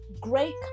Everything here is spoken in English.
great